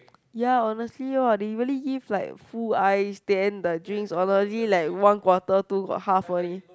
ya honestly lor they really give like full ice then the drinks honestly like one quarter two got half only